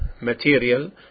material